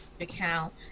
account